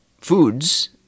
foods